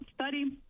study